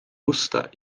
usta